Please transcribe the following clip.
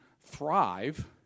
thrive